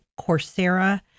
Coursera